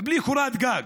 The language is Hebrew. בלי קורת גג?